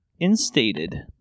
instated